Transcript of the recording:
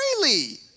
freely